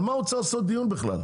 על מה עוד צריך לעשות דיון בכלל,